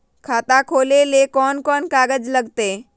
खाता खोले ले कौन कौन कागज लगतै?